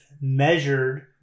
measured